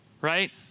right